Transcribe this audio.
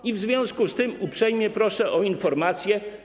I w związku z tym uprzejmie proszę o informację.